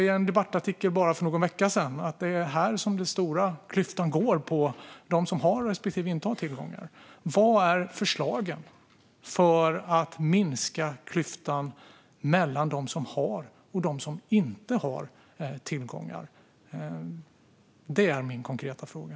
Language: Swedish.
I en debattartikel bara för någon vecka sedan påpekades att det är här den stora klyftan går - mellan dem som har respektive dem som inte har tillgångar. Vad är förslagen för att minska klyftan mellan dem som har och inte har tillgångar? Det är min konkreta fråga.